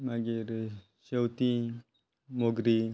मागीर शेवती मोगरी